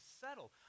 settle